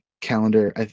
calendar